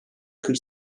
kırk